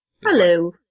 Hello